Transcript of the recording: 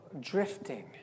drifting